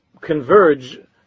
converge